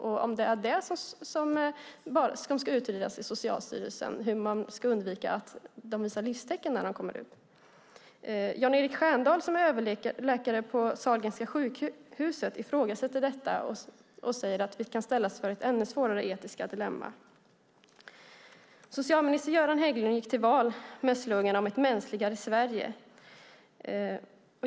Är det bara hur man ska undvika att de visar livstecken när de kommer ut som ska utredas av Socialstyrelsen? Jan-Henrik Stjerndahl, som är överläkare på Sahlgrenska universitetssjukhuset, ifrågasätter detta och säger att vi kan ställas inför ett ännu svårare etiskt dilemma. Socialminister Göran Hägglund gick till val med en slogan om ett mänskligare Sverige.